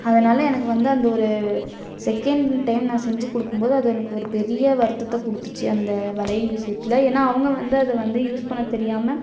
அதனால் எனக்கு வந்து அந்த ஒரு செகண்ட் டைம் நான் செஞ்சு கொடுக்கும்போது அது எனக்கு ஒரு பெரிய வருத்தத்தை கொடுத்துச்சி அந்த வளையல் விஷயத்துல ஏன்னா அவங்க வந்து அதை வந்து யூஸ் பண்ணத் தெரியாமல்